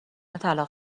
طلاق